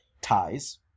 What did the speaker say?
ties